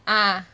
ah